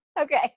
Okay